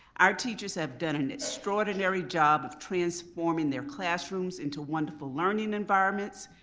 our teachers have done an extraordinary job of transforming their classrooms into wonderful learning environments.